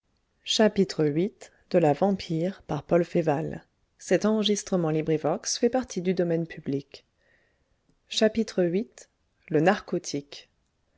lui viii le narcotique